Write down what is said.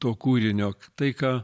to kūrinio tai ką